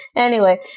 anyway,